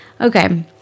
okay